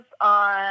on